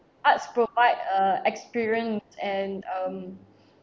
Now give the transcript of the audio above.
arts provide a experience and um